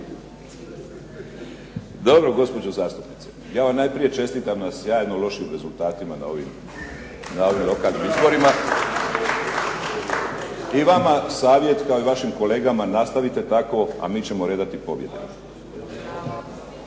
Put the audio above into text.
Dobro gospođo zastupnice. Ja vam najprije čestitam na sjajno lošim rezultatima na ovim lokalnim izborima. /Pljesak./ I vama savjet kao i vašim kolegama nastavite tako, a mi ćemo redati pobjede.